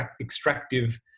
extractive